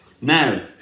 Now